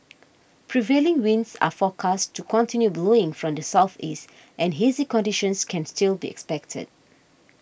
prevailing winds are forecast to continue blowing from the southeast and hazy conditions can still be expected